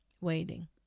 waiting